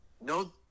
No